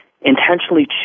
intentionally